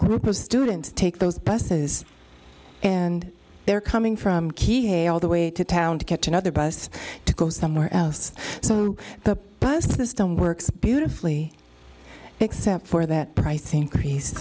group of students take those buses and they're coming from key hay all the way to town to catch another bus to go somewhere else so the bus this done works beautifully except for that price increase